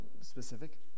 specific